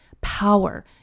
power